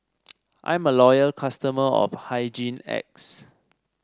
I'm a loyal customer of Hygin X